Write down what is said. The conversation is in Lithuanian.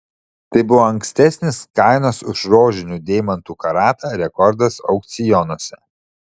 tai buvo ankstesnis kainos už rožinių deimantų karatą rekordas aukcionuose